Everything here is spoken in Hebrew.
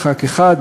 חבר כנסת אחד,